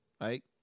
right